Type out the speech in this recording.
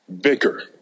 bicker